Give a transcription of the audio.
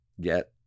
get